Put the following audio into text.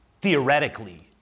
theoretically